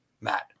Matt